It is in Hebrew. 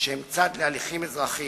שהם צד להליכים אזרחיים,